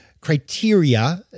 criteria